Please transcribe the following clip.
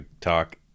talk